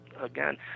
again